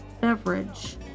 Beverage